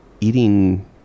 eating